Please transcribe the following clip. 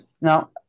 now